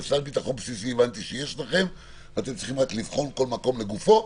סל ביטחון בסיסי הבנתי שיש לכם ואתם רק צריכים לבחון כל מקום לגופו,